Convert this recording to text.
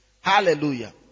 Hallelujah